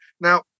Now